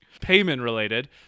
payment-related